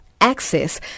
Access